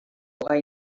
gai